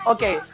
Okay